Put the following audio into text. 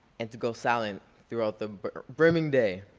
and to go silent throughout the brimming day.